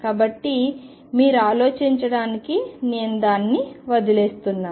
కాబట్టి మీరు ఆలోచించడానికి నేను దానిని వదిలివేస్తున్నాను